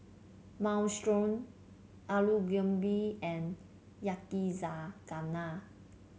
Minestrone Alu Gobi and Yakizakana